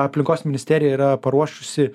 aplinkos ministerija yra paruošusi